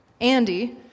Andy